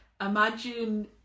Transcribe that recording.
Imagine